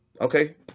Okay